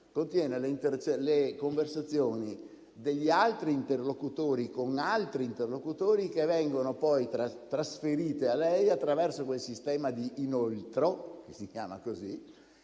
ma le conversazioni degli altri interlocutori con altri interlocutori, che vengono poi trasferite a lei attraverso quel sistema di inoltro (si chiama così)